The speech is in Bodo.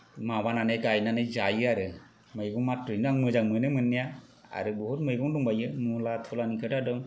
माबानानै गायनानै जायो आरो मैंग मात्र'यैनो आं मोजां मोनो मोन्नाया आरो बहुद मैगं दंबावो मुला थुलानि खोथा दं